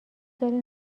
دارین